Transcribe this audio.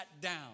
down